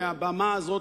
מהבמה הזאת,